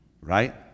right